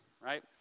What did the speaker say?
right